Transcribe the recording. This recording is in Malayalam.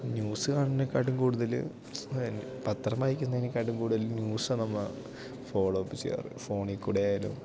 ന്യൂസ് കാണുന്നതിനേക്കാളും കൂടുതൽ പത്രം വായിക്കുന്നതിനേക്കാളും കൂടുതൽ ന്യൂസാണ് നമ്മൾ ഫോളോവപ്പ് ചെയ്യാറ് ഫോണിൽക്കൂടി ആയാലും